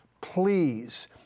please